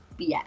BS